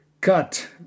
cut